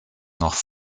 noch